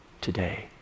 today